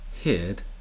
hid